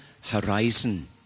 horizon